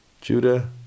Judah